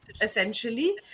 essentially